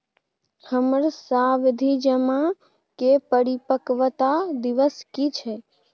हमर सावधि जमा के परिपक्वता दिवस की छियै?